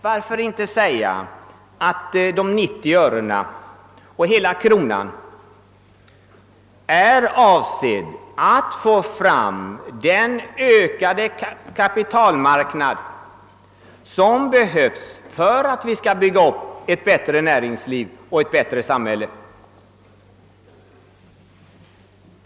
Varför inte säga att de 90 örena eller hela kronan är avsedda att åstadkomma en ökande kapitalmarknad som behövs för att bygga upp ett bättre näringsliv och ett bättre samhälle?